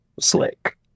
slick